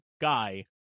guy